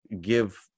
give